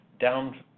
down